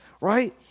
right